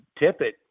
Tippett